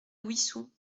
wissous